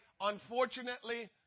unfortunately